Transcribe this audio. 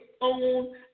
own